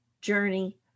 journey